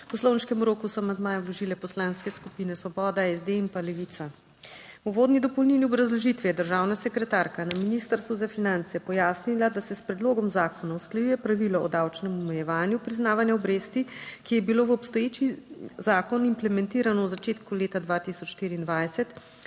V poslovniškem roku so amandmaje vložile poslanske skupine Svoboda, SD in Levica. V uvodni dopolnilni obrazložitvi je državna sekretarka na Ministrstvu za finance pojasnila, da se s predlogom zakona usklajuje pravilo o davčnem omejevanju priznavanja obresti, ki je bilo v obstoječi zakon implementirano v začetku leta 2024,